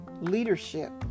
leadership